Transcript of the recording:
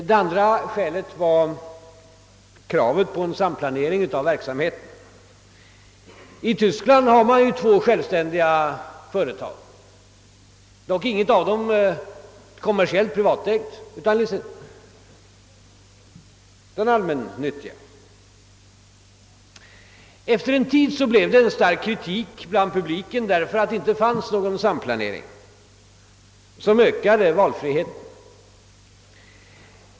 Det andra skälet var kravet på en samplanering av verksamheten. I Tyskland har man ju två självständiga företag. Inget av dem är dock kommersielltprivatägt utan båda är allmännyttiga. Från publiken riktades emellertid stark kritik mot det förhållandet att det inte fanns någon samplanering som ökade valfriheten.